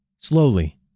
Slowly